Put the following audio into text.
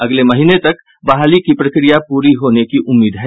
अगले महीने तक बहाली की प्रक्रिया पूरी होने की उम्मीद है